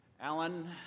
Alan